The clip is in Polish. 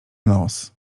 nos